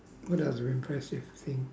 what other impressive thing